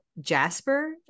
jasper